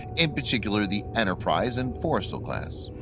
in particular the enterprise and forrestal-class.